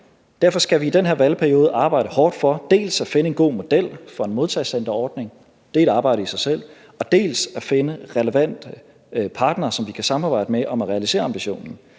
Derfor skal vi i den her valgperiode arbejde hårdt for dels at finde en god model for en modtagecenterordning – det er et arbejde i sig selv – dels at finde relevante partnere, som vi kan samarbejde med om at realisere ambitionen.